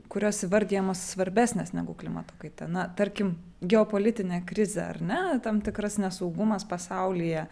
kurios įvardijamos svarbesnės negu klimato kaita na tarkim geopolitinė krizė ar ne tam tikras nesaugumas pasaulyje